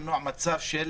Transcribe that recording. שני,